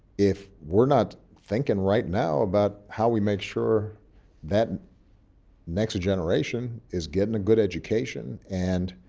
if we're not thinking right now about how we make sure that next generation is getting a good education and